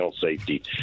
safety